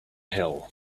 hill